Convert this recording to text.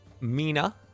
Mina